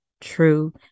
true